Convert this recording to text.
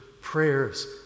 prayers